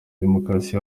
demokarasi